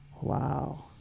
wow